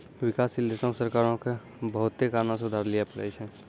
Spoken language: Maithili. विकासशील देशो के सरकारो के बहुते कारणो से उधार लिये पढ़ै छै